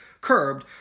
curbed